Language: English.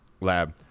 lab